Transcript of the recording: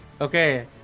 Okay